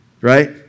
right